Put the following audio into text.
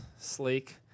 Sleek